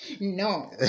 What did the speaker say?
No